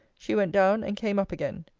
she went down and came up again.